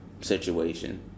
situation